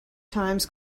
times